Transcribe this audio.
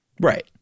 Right